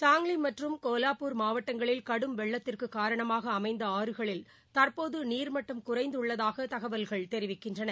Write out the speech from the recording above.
சாங்லி மற்றும் கோலாப்பூர் மாவட்டங்களில் கடும் வெள்ளத்திற்கு காரணமாக அமைந்த ஆறுகளில் தற்போது நீர்மட்டம் குறைந்துள்ளதாக தகவல்கள் தெரிவிக்கின்றன